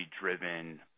driven